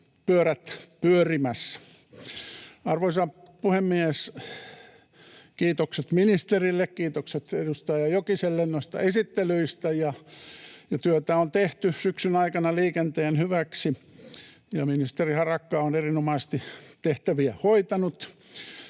pyörät pyörimässä. Arvoisa puhemies! Kiitokset ministerille ja kiitokset edustaja Jokiselle noista esittelyistä. Työtä on tehty syksyn aikana liikenteen hyväksi, ja ministeri Harakka on erinomaisesti tehtäviä hoitanut.